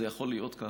יכול להיות ככה?